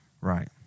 Right